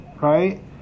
right